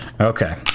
Okay